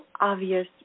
obvious